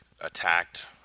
attacked